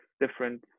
different